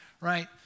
right